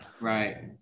Right